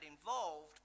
involved